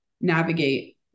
navigate